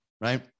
right